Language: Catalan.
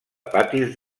patis